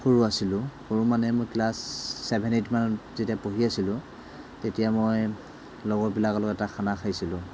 সৰু আছিলোঁ সৰু মানে মই ক্লাছ চেভেন এইটমানত যেতিয়া পঢ়ি আছিলোঁ তেতিয়া মই লগৰবিলাকৰ লগত এটা খানা খাইছিলোঁ